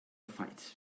fight